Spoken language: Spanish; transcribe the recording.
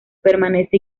permanece